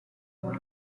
goal